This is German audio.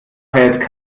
kräht